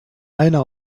einer